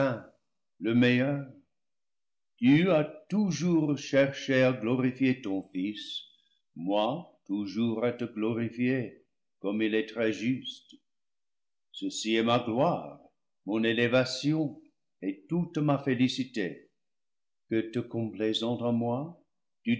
le meilleur tu as toujours cherché à glorifier ton fils moi toujours à te glorifier comme il est très juste ceci est ma gloire mon élévation et toute ma fé licite que le complaisant en moi